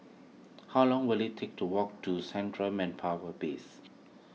how long will it take to walk to Central Manpower Base